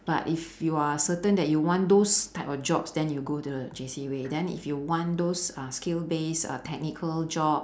but if you are certain that you want those type of jobs then you go the J_C way then if you want those uh skill base uh technical job